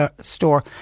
store